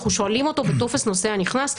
אנחנו שואלים אותו בטופס "נוסע נכנס".